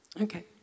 Okay